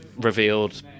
revealed